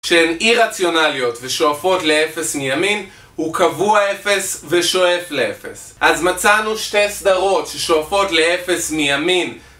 שהן אי רציונליות ושואפות לאפס מימין הוא קבוע אפס ושואף לאפס. אז מצאנו שתי סדרות ששואפות לאפס מימין